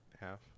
half